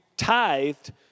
Tithed